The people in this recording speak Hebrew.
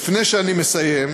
לפני שאני מסיים,